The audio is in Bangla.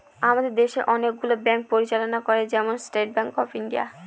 আমাদের দেশে অনেকগুলো ব্যাঙ্ক পরিচালনা করে, যেমন স্টেট ব্যাঙ্ক অফ ইন্ডিয়া